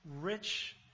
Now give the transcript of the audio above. rich